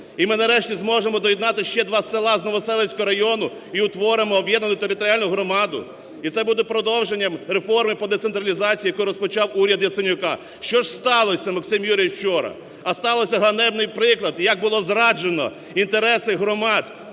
І ми нарешті зможемо доєднати ще два села з Новоселицького району і утворимо об'єднану територіальну громаду і це буде продовженням реформи по децентралізації, яку розпочав уряд Яценюка. Що ж сталося, Максим Юрійович, вчора?" А стався ганебний приклад, як було зраджено інтереси громад